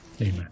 Amen